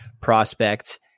prospect